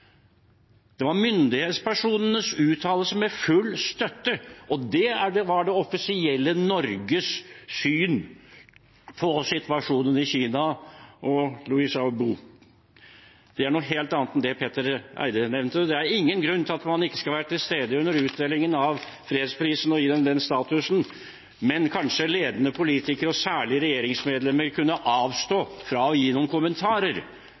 det var myndighetspersonenes uttalelse, med full støtte, og det var det offisielle Norges syn på situasjonen i Kina og Liu Xiaobo. Det er noe helt annet enn det Petter Eide nevnte. Det er ingen grunn til at man ikke skal være til stede under utdelingen av fredsprisen og gi dem den statusen, men kanskje ledende politikere, og særlig regjeringsmedlemmer, kunne avstå fra å gi kommentarer